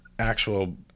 actual